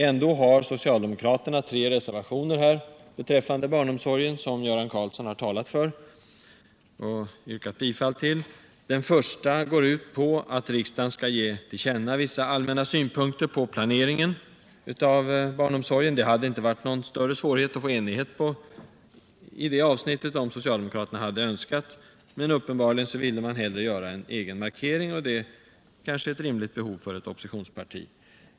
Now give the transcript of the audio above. Ändå har socialdemokraterna tre reservationer beträffande barnomsorgen, vilka Göran Karlsson har talat för och yrkat bifall till. Den första utmynnar i att riksdagen skall ge till känna vissa allmänna synpunkter på planeringen av barnomsorgen. Det hade inte varit någon större svårighet att nå enighet i det avsnittet, om socialdemokraterna hade önskat det. Men uppenbarligen ville man hellre göra en egen markering, och det är kanske ett rimligt behov för ett oppositionsparti.